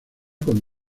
con